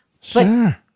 sure